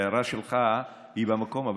ההערה שלך היא במקום,